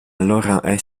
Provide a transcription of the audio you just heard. allora